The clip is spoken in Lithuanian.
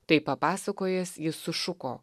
tai papasakojęs jis sušuko